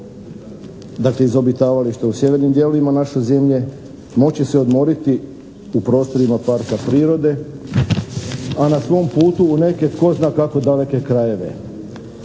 dakle iz obitavališta u sjevernim dijelovima naše zemlje moći se odmoriti u prostorima parka prirode a na svom putu u neke tko zna kako daleke krajeve.